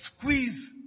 squeeze